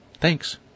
Thanks